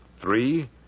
Three